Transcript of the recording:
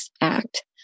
act